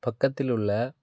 பக்கத்தில் உள்ள